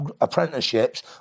apprenticeships